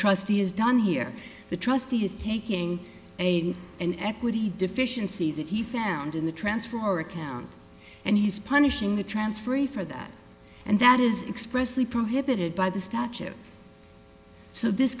trustee has done here the trustee has taking a an equity deficiency that he found in the transfer account and he's punishing the transferee for that and that is expressly prohibited by the statute so this